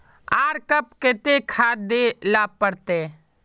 आर कब केते खाद दे ला पड़तऐ?